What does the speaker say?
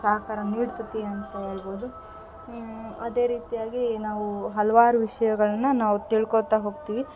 ಸಹಕಾರ ನೀಡ್ತತಿ ಅಂತ ಹೇಳ್ಬೌದು ಅದೇ ರೀತಿಯಾಗಿ ನಾವು ಹಲವಾರು ವಿಷಯಗಳ್ನ ನಾವು ತಿಳ್ಕೋತಾ ಹೋಗ್ತಿವಿ